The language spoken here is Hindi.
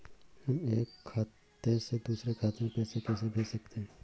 हम एक खाते से दूसरे खाते में पैसे कैसे भेज सकते हैं?